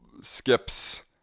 skips